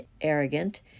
arrogant